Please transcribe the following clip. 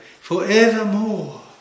forevermore